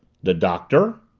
the doctor?